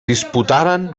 disputaren